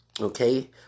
okay